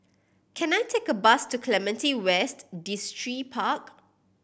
can I take a bus to Clementi West Distripark